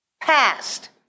Past